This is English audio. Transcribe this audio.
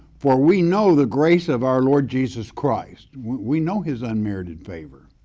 for we know the grace of our lord jesus christ. we know his unmerited favor,